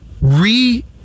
re